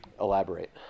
Elaborate